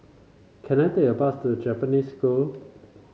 can I take a bus to Japanese School